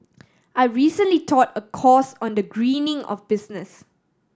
I recently taught a course on the greening of business